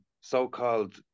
so-called